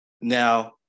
Now